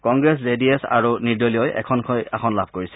Congress J D S আৰু নিৰ্দলীয়ই এখনকৈ আসন লাভ কৰিছে